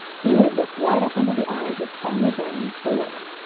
he had looked right up into the eyes of farmer brown's boy!